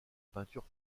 peinture